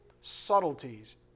subtleties